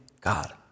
God